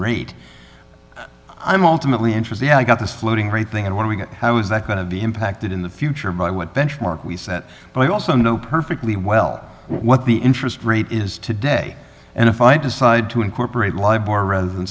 rate i'm alternately interesting i've got this floating rate thing and when we get how is that going to be impacted in the future by what benchmark we set but i also know perfectly well what the interest rate is today and if i decide to incorporate live more rather than